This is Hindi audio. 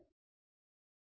यही मैं दोहरा रहा हूं